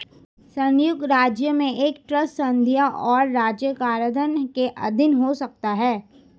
संयुक्त राज्य में एक ट्रस्ट संघीय और राज्य कराधान के अधीन हो सकता है